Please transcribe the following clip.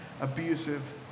abusive